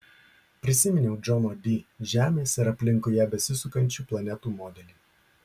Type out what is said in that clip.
prisiminiau džono di žemės ir aplinkui ją besisukančių planetų modelį